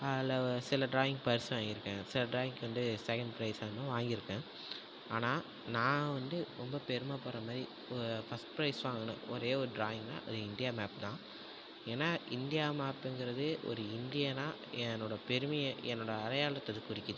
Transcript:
அதில் சில ட்ராயிங் பரிசு வாங்கிருக்கேன் சில ட்ராயிங்குக்கு வந்து செகண்ட் ப்ரைஸ் அத மாரி வாங்கிருக்கேன் ஆனால் நான் வந்து ரொம்ப பெருமப்படுற மாதிரி ஒ ஃபர்ஸ்ட் ப்ரைஸ் வாங்கின ஒரே ஒரு ட்ராயிங்கனா அது இந்தியா மேப் தான் ஏன்னா இந்தியா மேப்புங்கறது ஒரு இந்தியனா என்னோட பெருமையை என்னோட அடையாளத்தை அது குறிக்குது